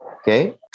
okay